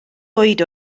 oed